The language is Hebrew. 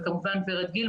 וכמובן נמצאת ורד גיל,